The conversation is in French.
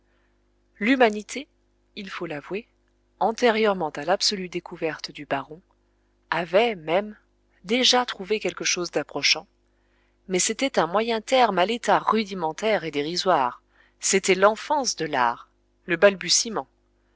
l'avouer antérieurement à l'absolue découverte du baron avait même déjà trouvé quelque chose d'approchant mais c'était un moyen terme à l'état rudimentaire et dérisoire c'était l'enfance de l'art le balbutiement